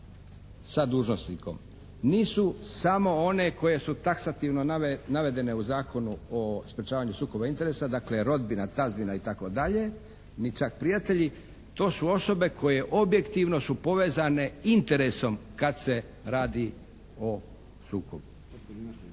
sa dužnosnikom nisu samo one koje su taksativno navedene u Zakonu o sprječavanju sukoba interesa, dakle rodbina, tadžbina itd., ni čak prijatelji, to su osobe koje objektivno su povezane interesom kad se radi o sukobu.